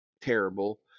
terrible